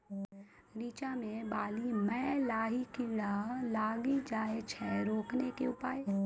रिचा मे बाली मैं लाही कीड़ा लागी जाए छै रोकने के उपाय?